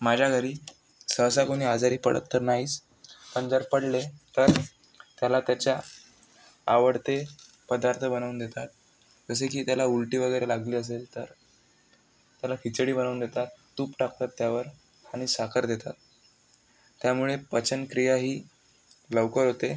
माझ्या घरी सहसा कोणी आजारी पडत तर नाहीच पण जर पडले तर त्याला त्याच्या आवडते पदार्थ बनवून देतात जसे की त्याला उलटी वगैरे लागली असेल तर त्याला खिचडी बनवून देतात तूप टाकतात त्यावर आणि साखर देतात त्यामुळे पचनक्रियाही लवकर होते